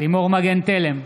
לימור מגן תלם,